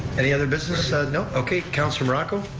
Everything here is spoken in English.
any other business, no, okay, councilor morocco?